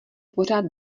pořád